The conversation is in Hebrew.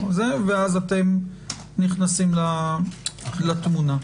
ואז אתם נכנסים לתמונה.